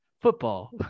football